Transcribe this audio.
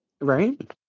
Right